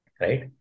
right